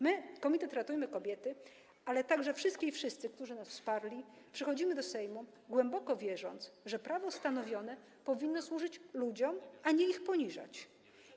My, komitet „Ratujmy kobiety”, ale także wszystkie i wszyscy, którzy nas wsparli, przychodzimy do Sejmu, głęboko wierząc, że prawo stanowione powinno służyć ludziom, a nie ich poniżać.